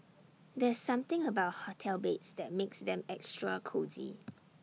there's something about hotel beds that makes them extra cosy